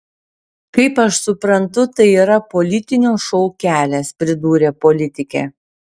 kaip aš suprantu tai yra politinio šou kelias pridūrė politikė